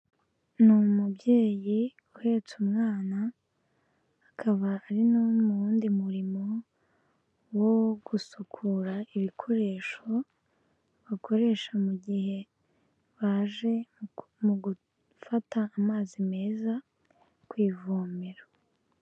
Ni umubyeyi uhetse umwana, akaba ari no mu wundi murimo wo gusukura ibikoresho bakoresha mu gihe baje mu gufata amazi meza ku ivomero.